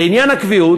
2. לעניין הקביעות,